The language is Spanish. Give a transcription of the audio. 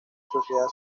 sociedad